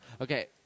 Okay